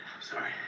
sorry